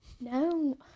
No